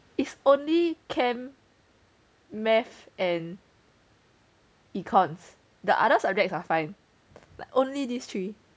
it's only chem math and econs the other subjects are fine like only these three